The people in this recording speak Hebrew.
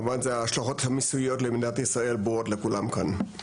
כמובן זה ההשלכות המיסויות למדינת ישראל ברורות לכולם כאן.